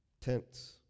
tents